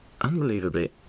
unbelievably